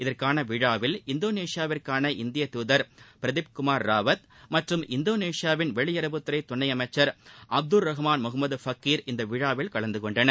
இதற்கான விழாவில் இந்தோனேஷியாவுக்கான இந்திய தூதர் பிரதிப் குமார் ராவத் மற்றும் இந்தோனேஷியாவின் வெளியுறவுத்துறை துணையமைச்சர் அப்தூர் ரகுமான் முகமத் ஃபக்கீர் இந்த விழாவில் கலந்து கொண்டனர்